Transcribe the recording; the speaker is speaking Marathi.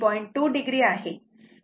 2 o आहे